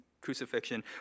crucifixion